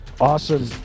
Awesome